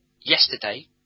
yesterday